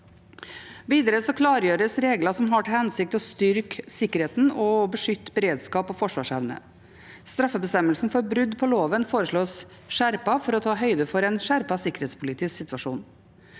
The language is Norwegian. Videre klargjøres regler som har til hensikt å styrke sikkerheten og beskytte beredskap og forsvarsevne. Straffebestemmelsen for brudd på loven foreslås skjerpet for å ta høyde for en skjerpet sikkerhetspolitisk situasjon.